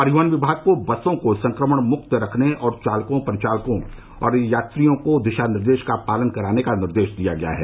परिवहन विभाग को बसों को संक्रमण मुक्त रखने और चालकों परिचालकों और यात्रियों को दिशा निर्देश का पालन कराने का निर्देश दिया गया है